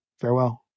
Farewell